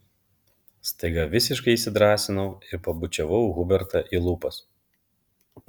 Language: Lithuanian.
staiga visiškai įsidrąsinau ir pabučiavau hubertą į lūpas